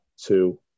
two